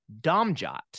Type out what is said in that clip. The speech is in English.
Domjot